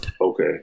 Okay